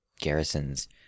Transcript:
garrisons